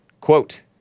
quote